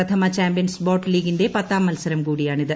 പ്രഥമ champions boat ലീഗിൻറെ പത്താം മത്സരം കൂടിയാണിത്